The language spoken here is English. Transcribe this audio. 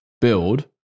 build